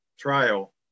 trial